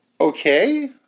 Okay